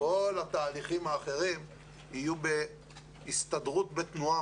כל התהליכים האחרים יסתדרו בתנועה,